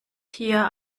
hier